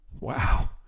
Wow